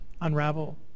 unravel